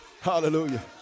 Hallelujah